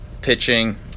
pitching